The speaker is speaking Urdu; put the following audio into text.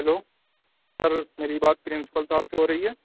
ہلیو سر میری بات پرنسپل صاحب سے ہو رہی ہے